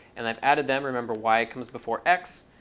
and i've added them. remember y comes before x.